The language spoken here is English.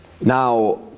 Now